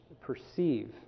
perceive